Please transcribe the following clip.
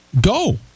Go